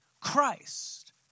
Christ